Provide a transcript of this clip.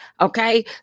Okay